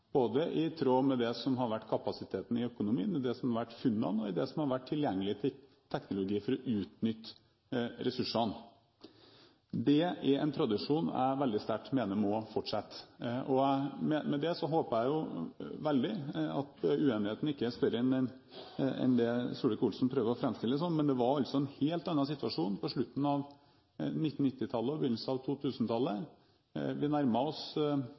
i tråd med både det som har vært kapasiteten i økonomien, i det som har vært funnene, og det som har vært tilgjengelig teknologi for å utnytte ressursene. Det er en tradisjon jeg veldig sterkt mener må fortsette, og med det håper jeg veldig at uenigheten ikke er større enn det Solvik-Olsen prøver å framstille det som. Det var altså en helt annen situasjon på slutten av 1990-tallet og på begynnelsen av 2000-tallet. Vi nærmer oss